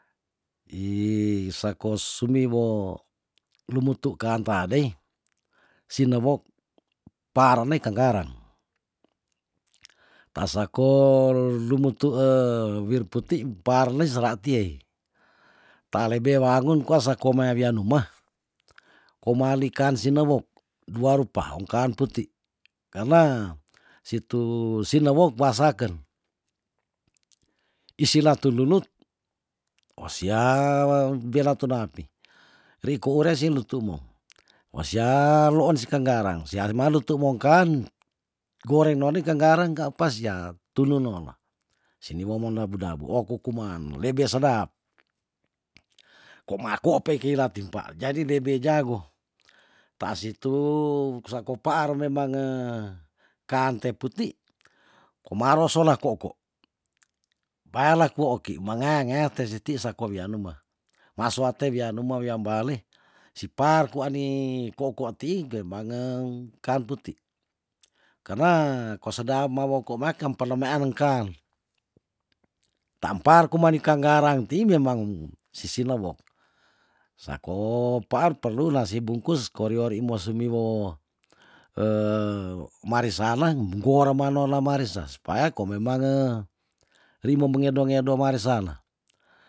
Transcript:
I sako sumiwo lumutu kaan tadei sinewok paren ne ikang garang ta sako lumutue wir puti mpar le sera tiey talebe wangun kwa sakoma wian umah komalikan sinewok dua rupa ungkaan puti karna si tu sinewok paa saken isila tululuk osia bela tuna api ri ko ure si lutumou wasia loon si ikang garang sia nimalu tu mongkan goreng noni ikang garang ka apa sia tunu noola siniwong mo dabu dabu oku kuman lebe sedap komako pei kila timpa jadi lebe jago taas itu sako paar memange kaan te puti kumaro sola ko'ko' baela ku oki mengea ngea te si ti sako wawi anuma maas wate wianu me wiam bale si paar kwa ni ko'ko' ti gerbangeng kaan puti karna kosedap mawo komea kang palemean leng kan taampar kuman ikang garang ti memang sisi newok sako paar perlu nasi bungkus kori ori mo semiwo marisa nang gora mano la marisa supaya ko memange rimo mengedo ngedo marisana